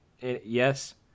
Yes